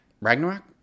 Ragnarok